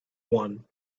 one